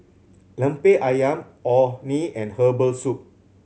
Lemper Ayam Orh Nee and herbal soup